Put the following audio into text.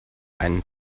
einen